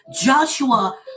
Joshua